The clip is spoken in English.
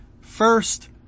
first